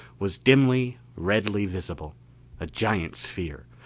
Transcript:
was dimly, redly visible a giant sphere,